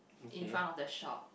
in front of the shop